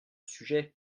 sujet